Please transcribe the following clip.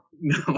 No